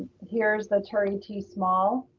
here's the turie t. small,